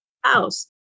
house